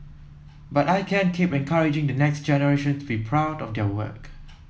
but I can keep encouraging the next generation to be proud of their work